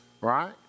Right